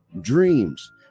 dreams